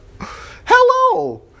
Hello